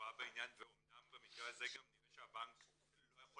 הוראה בעניין ואמנם במקרה הזה גם נראה שהבנק לא יכול